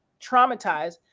traumatized